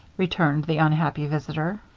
returned the unhappy visitor.